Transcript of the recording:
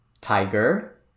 Tiger